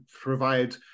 provide